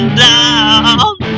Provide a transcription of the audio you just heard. down